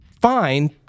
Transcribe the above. fine